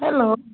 hello